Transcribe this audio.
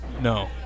no